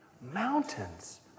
Mountains